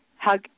hug